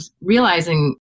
realizing